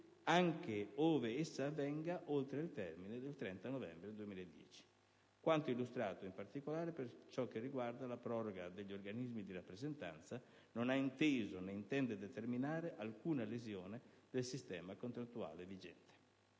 anche ove essa avvenga oltre il termine del 30 novembre 2010. Quanto illustrato, in particolare per ciò che riguarda la proroga degli organismi di rappresentanza, non ha inteso, né intende determinare alcuna lesione del sistema contrattuale vigente.